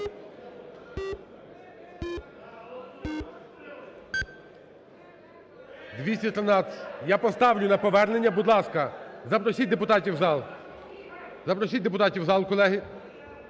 За-213 Я поставлю на повернення. Будь ласка, запросіть депутатів в зал. Запросіть депутатів у зал, колеги!